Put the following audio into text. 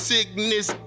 Sickness